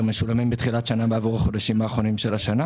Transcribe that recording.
משולמים בתחילת שנה בעבור החודשים האחרונים של השנה